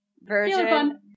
version